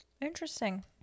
interesting